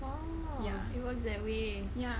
ya ya